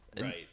Right